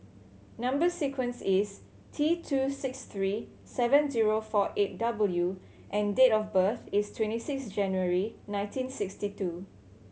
number sequence is T two six three seven zero four eight W and date of birth is twenty six January nineteen sixty two